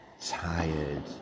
tired